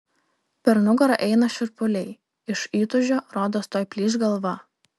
per nugarą eina šiurpuliai iš įtūžio rodos tuoj plyš galva